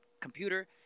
computer